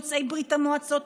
יוצאי ברית המועצות,